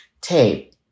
tape